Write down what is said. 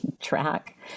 track